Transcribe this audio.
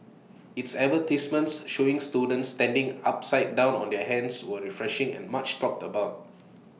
its advertisements showing students standing upside down on their hands were refreshing and much talked about